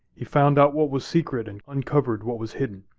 he found out what was secret and uncovered what was hidden.